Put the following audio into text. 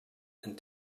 and